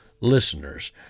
listeners